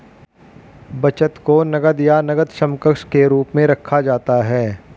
बचत को नकद या नकद समकक्ष के रूप में रखा जाता है